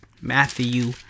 Matthew